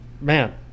man